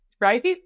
Right